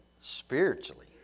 spiritually